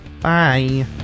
Bye